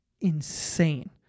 insane